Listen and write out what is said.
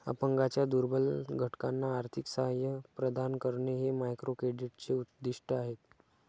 अपंगांच्या दुर्बल घटकांना आर्थिक सहाय्य प्रदान करणे हे मायक्रोक्रेडिटचे उद्दिष्ट आहे